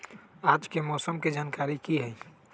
आज के मौसम के जानकारी कि हई?